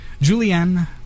Julianne